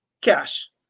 cash